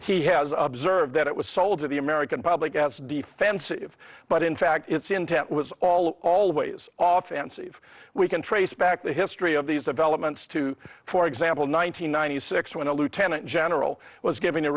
he has observed that it was sold to the american public as defensive but in fact its intent was all always off and see if we can trace back the history of these developments to for example nine hundred ninety six when a lieutenant general was given a